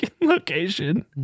location